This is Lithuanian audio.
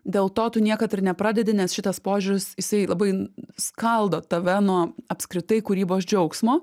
dėl to tu niekad ir nepradedi nes šitas požiūris jisai labai skaldo tave nuo apskritai kūrybos džiaugsmo